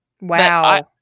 Wow